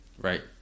Right